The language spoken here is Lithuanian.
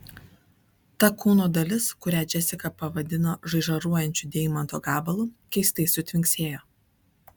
ta kūno dalis kurią džesika pavadino žaižaruojančiu deimanto gabalu keistai sutvinksėjo